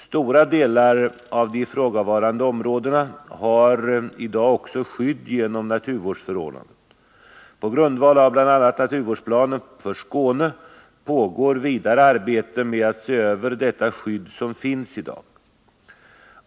Stora delar av de ifrågavarande områdena har i dag också skydd genom naturvårdsförordnanden. På grundval av bl.a. naturvårdsplanen för Skåne pågår vidare arbete med att se över det skydd som finns i dag.